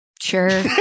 Sure